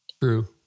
True